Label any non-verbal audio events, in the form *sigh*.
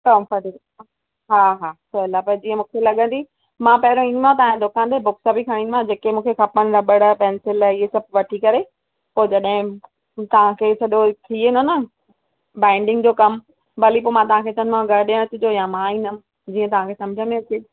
हा हा *unintelligible* जींअं मूंखे लॻंदी मां पहिरों ईंदीमांव तव्हां जे दुकान ते बुकस बि ठाहींदीमांव जेके मूंखे खपनि रॿड़ पेंसिल त इहे सभु वठी करे पो जॾहिं तव्हांखे सॼो थी वेंदो न बाईंडिंग जो कमु भली पोइ मां तव्हां खे चवंदीमांव घरु ॾियण अचिजो या मां ईंदमि जींअं तव्हां खे समुझ में अचे